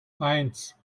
eins